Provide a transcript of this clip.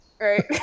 right